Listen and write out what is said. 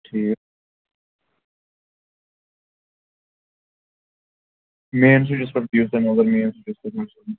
ٹھیٖک مین سُچس پیٚٹھ دِیہوٗس تُہۍ نَظر مین سُچَس پیٚٹھ ما چھُ کیٚنٛہہ